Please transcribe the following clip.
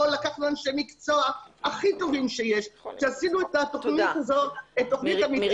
אנשי מקצוע הכי טובים שיש --- אני מתנצלת,